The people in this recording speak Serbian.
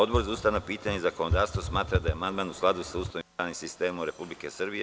Odbor za ustavna pitanja i zakonodavstvo smatra da je amandman u skladu sa Ustavom i pravnim sistemom Republike Srbije.